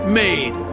made